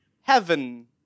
heaven